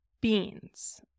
beans